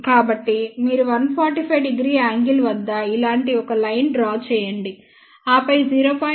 కాబట్టి మీరు 145º యాంగిల్ వద్ద ఇలాంటి ఒక లైన్ డ్రా చేయండి ఆపై 0